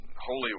holy